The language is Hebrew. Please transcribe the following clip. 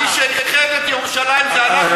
מי שאיחד את ירושלים זה אנחנו,